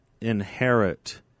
inherit